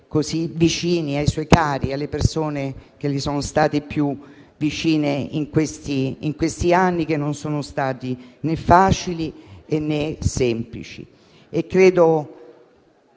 essere vicini ai suoi cari, alle persone che gli sono state più vicine in questi anni, che non sono stati né facili e né semplici. Gli otto